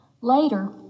Later